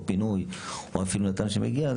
או כשיש פינוי או שנט"ן מגיע,